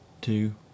two